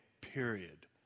Period